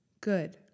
good